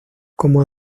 como